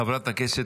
חברת הכנסת